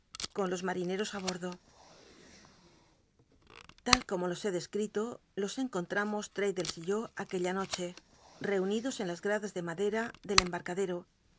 con los mal'ineros ti bordo l'al como los he descl'ito los cncontramos traddlcs y yo aquella noche relmidos en las gradas de madera del embmcadero